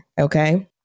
okay